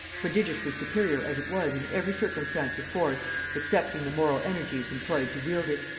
prodigiously superior as it was in every circumstance of force excepting the moral energies employed to wield it.